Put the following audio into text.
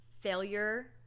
failure